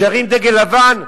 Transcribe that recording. שירים דגל לבן?